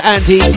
Andy